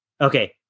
Okay